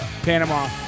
Panama